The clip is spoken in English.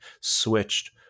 switched